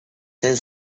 ten